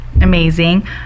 Amazing